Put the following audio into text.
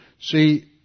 See